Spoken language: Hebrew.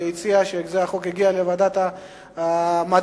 שהציע שהחוק יגיע לוועדת המדע.